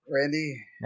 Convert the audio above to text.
Randy